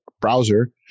browser